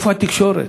איפה התקשורת?